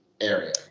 area